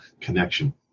connection